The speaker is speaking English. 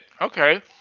Okay